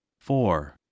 four